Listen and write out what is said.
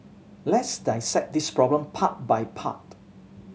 let's dissect this problem part by part